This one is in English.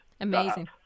Amazing